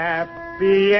Happy